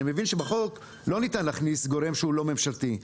אני מבין שבחוק לא ניתן להכניס גורם שהוא לא ממשלתי,